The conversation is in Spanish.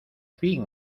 fin